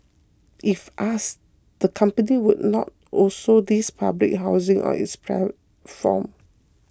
if asked the company would not also list public housing on its platform